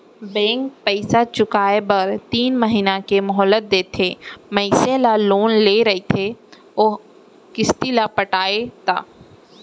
bank पइसा चुकाए बर तीन महिना के मोहलत देथे मनसे ला लोन ले रहिथे अउ किस्ती ल पटाय ता